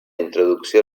introducció